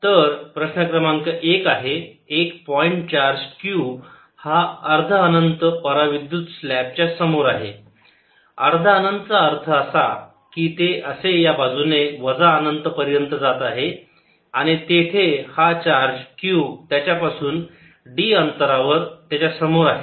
तर प्रश्न क्रमांक एक आहे एक पॉईंट चार्ज q हा अर्ध अनंत पराविद्युत स्लॅब च्या समोर आहे अर्ध अनंत चा अर्थ ते असे या बाजूने वजा अनंत पर्यंत जात आहे आणि तेथे हा चार्ज q त्याच्यापासून d अंतरावर त्याच्यासमोर आहे